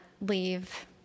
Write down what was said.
leave